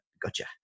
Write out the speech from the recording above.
gotcha